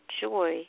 joy